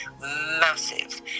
Massive